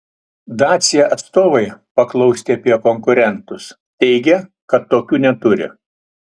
dacia atstovai paklausti apie konkurentus teigia kad tokių neturi